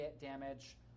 damage